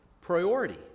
priority